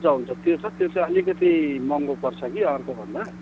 हुन्छ हुन्छ त्यो छ त्यो चाहिँ अलिकति महँगो पर्छ कि अर्कोभन्दा